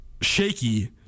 shaky